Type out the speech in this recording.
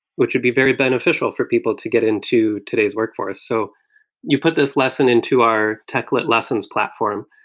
which should be very beneficial for people to get into today's workforce so you put this lesson into our techlit lessons platform.